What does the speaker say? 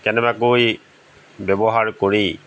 কেনেবাকৈ ব্যৱহাৰ কৰি